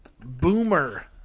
boomer